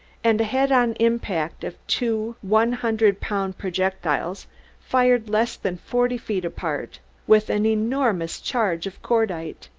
and a head-on impact of two one-hundred-pound projectiles fired less than forty feet apart with an enormous charge of cordite,